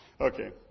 Okay